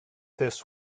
this